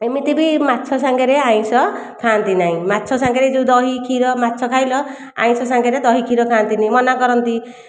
ଏମିତି ବି ମାଛ ସାଙ୍ଗରେ ଆଇଁଷ ଖାଆନ୍ତି ନାହିଁ ମାଛ ସାଙ୍ଗରେ ଯୋଉ ଦହି କ୍ଷୀର ମାଛ ଖାଇଲ ଆଇଁଷ ସାଙ୍ଗରେ ଦହି କ୍ଷୀର ଖାଆନ୍ତି ନି ମନା କରନ୍ତି